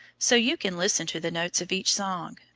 so you can listen to the notes of each song,